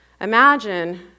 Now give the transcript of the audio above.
Imagine